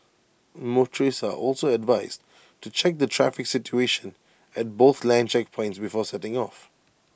motorists are also advised to check the traffic situation at both land checkpoints before setting off